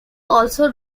also